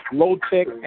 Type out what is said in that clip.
low-tech